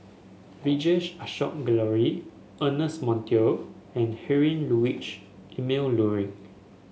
Vijesh Ashok Ghariwala Ernest Monteiro and Heinrich Ludwig Emil Luering